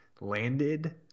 landed